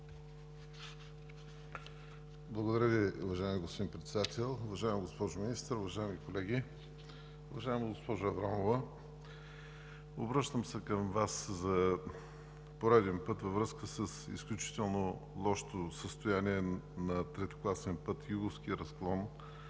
Благодаря Ви, уважаеми господин Председател. Уважаема госпожо Министър, уважаеми колеги! Уважаема госпожо Аврамова, обръщам се към Вас за пореден път във връзка с изключително лошото състояние на третокласен път „Юговски разклон